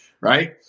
Right